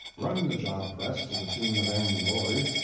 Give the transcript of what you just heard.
run the job press to the tune of annie laurie,